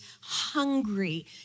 hungry